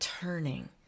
turning